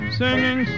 singing